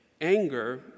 anger